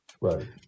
Right